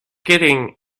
getting